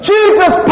Jesus